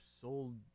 sold